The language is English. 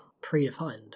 predefined